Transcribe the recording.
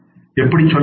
எப்படி சொல்ல முடியும்